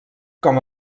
com